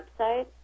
website